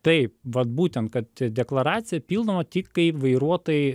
taip vat būtent kad deklaracija pildoma tik kai vairuotojai